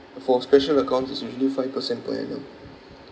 for special accounts is usually five percent per annum